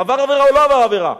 עבר עבירה או לא עבר עבירה?